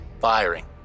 firing